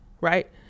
right